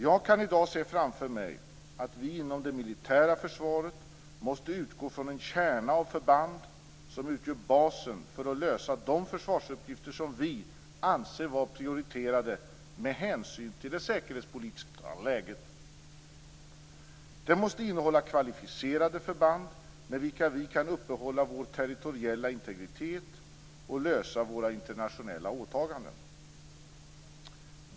Jag kan i dag se framför mig att vi inom det militära försvaret måste utgå från en kärna av förband, som utgör basen för att lösa de försvarsuppgifter som vi anser vara prioriterade med hänsyn till det säkerhetspolitiska läget. Det måste innehålla kvalificerade förband, där vi kan upprätthålla vår territoriella integritet och lösa våra internationella åtaganden.